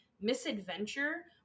misadventure